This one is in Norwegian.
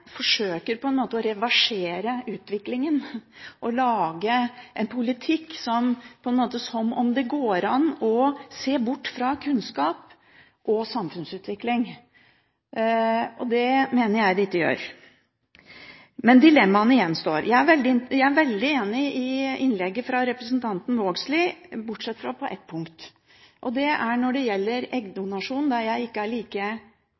på en måte forsøker å reversere utviklingen, og lager en politikk som om det går an å se bort fra kunnskap og samfunnsutvikling. Det mener jeg det ikke gjør. Men dilemmaene gjenstår. Jeg er veldig enig i innlegget fra representanten Vågslid, bortsett fra på ett punkt, og det er når det gjelder eggdonasjon. Der er jeg ikke like